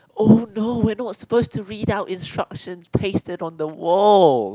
oh no we're not supposed to read out instructions pasted on the wall